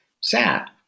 sat